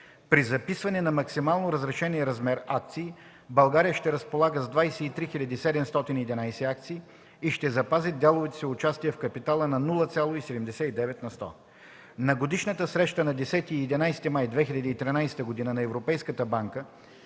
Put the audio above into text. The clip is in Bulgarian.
При записване на максимално разрешения размер акции, България ще разполага с 23 711 акции и ще запази дяловото си участие в капитала на 0,79 на сто. На годишната среща на 10 и 11 май 2013 г. на Европейската банка